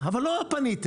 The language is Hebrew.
אבל לא פניתם,